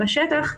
בשטח,